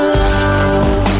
love